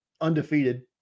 undefeated